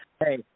Hey